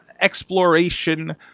exploration